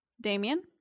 Damien